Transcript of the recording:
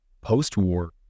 Post-war